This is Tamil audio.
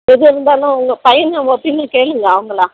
எது இருந்தாலும் உங்கள் பையன் ஒப்பீனியன் கேளுங்கள் அவங்கள